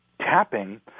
tapping